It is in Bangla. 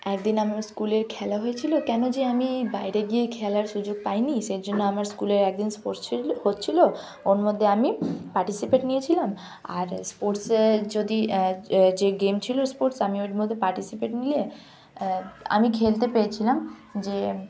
একদিন আমার স্কুলে খেলা হয়েছিল কেন যে আমি বাইরে গিয়ে খেলার সুযোগ পাইনি সেই জন্য আমার স্কুলে একদিন স্পোর্টস ছিল হচ্ছিল ওর মধ্যে আমি পার্টিসিপেট নিয়েছিলাম আর স্পোর্টসে যদি যে গেম ছিল স্পোর্টস আমি ওর মধ্যে পার্টিসিপেট নিলে আমি খেলতে পেয়েছিলাম যে